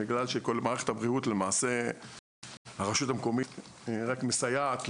בגלל שבמערכת הבריאות הרשות המקומית רק מסייעת,